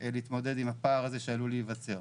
להתמודד עם הפער הזה שעלול להיווצר.